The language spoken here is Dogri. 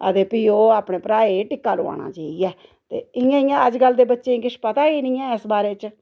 आ ते फ्ही ओह् अपने भ्राएं टिक्का लोआना जाइयै ते इ'यां इ'यां अज्जकल दे बच्चें गी किश पता गै नी ऐ इस बारे च